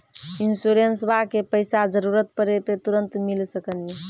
इंश्योरेंसबा के पैसा जरूरत पड़े पे तुरंत मिल सकनी?